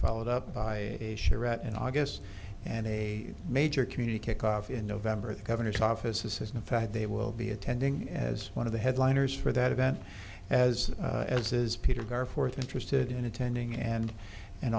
followed up by in august and a major community kickoff in november the governor's office assistant fact they will be attending as one of the headliners for that event as as is peter gard fourth interested in attending and and